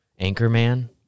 Anchorman